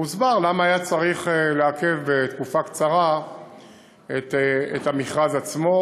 הוסבר למה היה צריך לעכב בתקופה קצרה את המכרז עצמו,